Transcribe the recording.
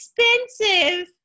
expensive